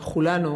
לכולנו.